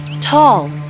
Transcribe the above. tall